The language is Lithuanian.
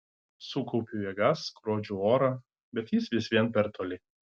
sukaupiu jėgas skrodžiu orą bet jis vis vien per toli